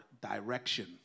direction